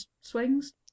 swings